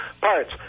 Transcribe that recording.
parts